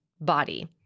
body